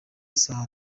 saa